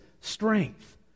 strength